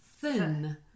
thin